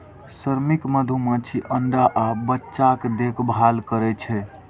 श्रमिक मधुमाछी अंडा आ बच्चाक देखभाल करै छै